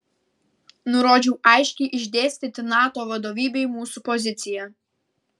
nurodžiau aiškiai išdėstyti nato vadovybei mūsų poziciją